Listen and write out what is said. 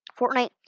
Fortnite